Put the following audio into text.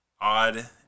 odd